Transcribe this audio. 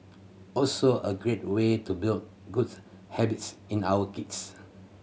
also a great way to build good habits in our kids